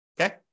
Okay